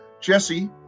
Jesse